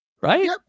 right